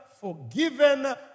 forgiven